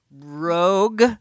Rogue